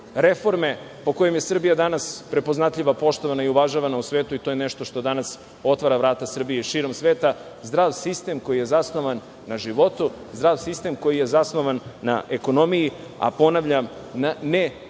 Reforme, po kojima je Srbija danas prepoznatljiva, poštovana i uvažavana u svetu i to je nešto što danas otvara vrata Srbiji i širom sveta, zdrav sistem koji je zasnovan na životu, zdrav sistem koji je zasnovan na ekonomiji, a ponavljam, ne na